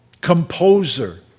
composer